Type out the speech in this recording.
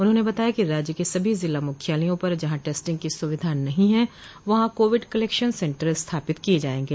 उन्होंने बताया कि राज्य के सभी जिला मुख्यालयों पर जहां टेस्टिंग की सुविधा नहीं है वहां कोविड कलेक्शन सेन्टर स्थापित किये जायें गे